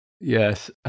Yes